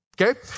Okay